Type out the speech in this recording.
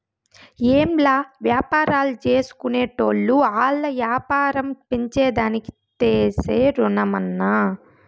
ఏంలా, వ్యాపారాల్జేసుకునేటోళ్లు ఆల్ల యాపారం పెంచేదానికి తీసే రుణమన్నా